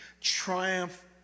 triumph